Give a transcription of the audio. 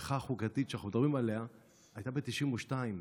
המהפכה החוקתית שאנחנו מדברים עליה הייתה ב-92',